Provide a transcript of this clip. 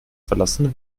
verlassen